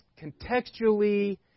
contextually